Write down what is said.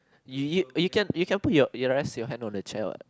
you y~ you can you can put your your rest your hand on the chair what